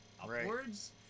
upwards